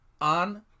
on